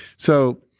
so,